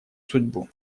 судьбу